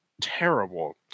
terrible